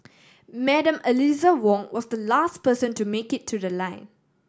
Madam Eliza Wong was the last person to make it to the line